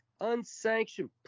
Unsanctioned